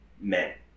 Men